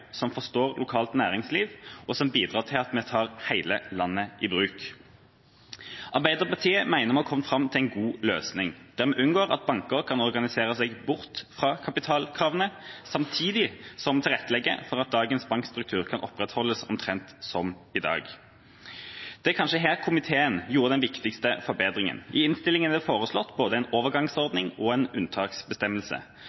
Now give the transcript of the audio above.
som forstår lokalt næringsliv, og som bidrar til at vi tar hele landet i bruk. Arbeiderpartiet mener vi har kommet fram til en god løsning, der vi unngår at banker kan organisere seg bort fra kapitalkravene, samtidig som vi tilrettelegger for at dagens bankstruktur kan opprettholdes omtrent som i dag. Det er kanskje her komitéen gjorde den viktigste forbedringen. I innstillinga er det foreslått både en overgangsordning og en unntaksbestemmelse.